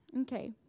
Okay